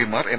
പിമാർ എം